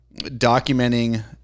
documenting